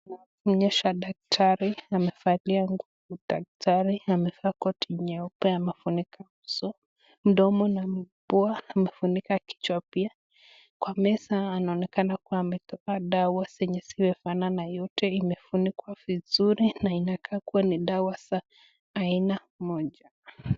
Tunaonyeshwa daktari amevalia nguo za daktari. Amevalia koti nyeuoe, amefunika uso, mdomo na mapua, amefunika kichwa pia. Kwa meza anaonekana kuwa ametoa dawa zenye zimefanana yote na imefunikwa vizuri na inakaa kuwa ni dawa za aina moja.